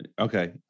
Okay